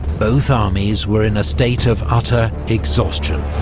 both armies were in a state of utter exhaustion.